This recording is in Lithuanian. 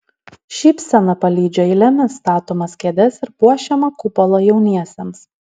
šypsena palydžiu eilėmis statomas kėdes ir puošiamą kupolą jauniesiems